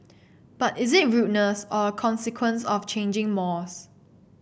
but is it rudeness or a consequence of changing mores